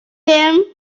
him